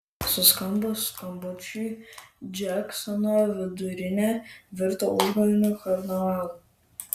suskambus skambučiui džeksono vidurinė virto užgavėnių karnavalu